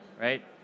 right